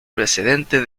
precedente